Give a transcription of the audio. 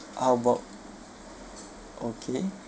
how about okay